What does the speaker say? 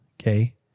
okay